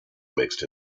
mixed